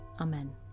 Amen